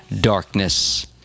darkness